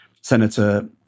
Senator